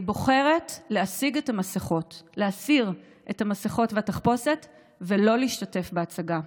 אני בוחרת להסיר את המסכות ואת התחפושת ולא להשתתף בהצגה.